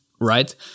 right